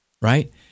right